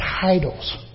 titles